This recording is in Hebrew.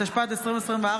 התשפ"ד 2024,